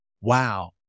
wow